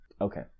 Okay